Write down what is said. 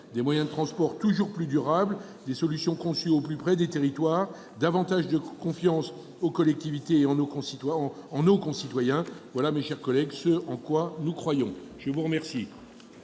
Des moyens de transport toujours plus durables, des solutions conçues au plus près des territoires et davantage de confiance aux collectivités et en nos concitoyens : voilà, mes chers collègues, ce en quoi nous croyons ! La parole